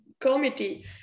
committee